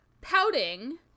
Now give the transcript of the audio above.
pouting